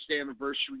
anniversary